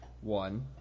One